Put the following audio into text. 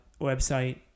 website